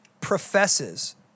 professes